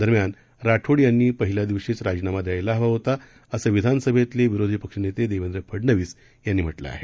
दरम्यान राठोड यांनी पहिल्या दिवशीच राजीनाम द्यायला हवा होता असं विधानसभेतले विरोधी पक्षनेते देवेंद्र फडनवीस यांनी म्हटलं आहे